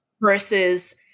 Versus